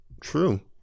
True